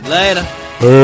Later